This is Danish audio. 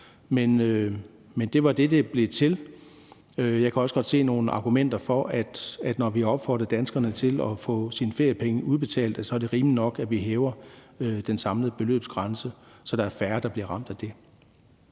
Men det var det, det blev til. Jeg kan også godt se nogle argumenter for, at det, når vi har opfordret danskerne til at få deres feriepenge udbetalt, er rimeligt nok, at vi hæver den samlede beløbsgrænse, så der er færre, der bliver ramt af det.